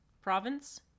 province